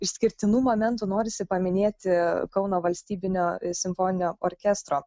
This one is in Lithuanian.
išskirtinų momentų norisi paminėti kauno valstybinio simfoninio orkestro